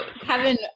Kevin